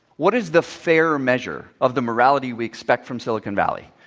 what is the fair measure of the morality we expect from silicon valley?